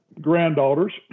granddaughters